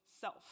self